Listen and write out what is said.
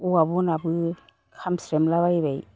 औवा बनाबो खामस्रेमलाबायबाय